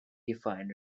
defined